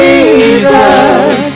Jesus